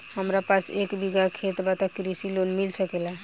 हमरा पास एक बिगहा खेत बा त कृषि लोन मिल सकेला?